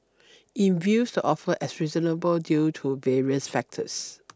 it views the offer as reasonable due to various factors